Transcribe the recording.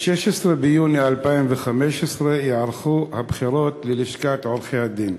ב-16 ביוני 2015 ייערכו הבחירות ללשכת עורכי-הדין.